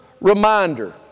reminder